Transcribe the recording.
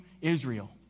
Israel